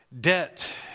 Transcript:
debt